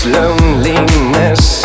loneliness